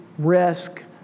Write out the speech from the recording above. risk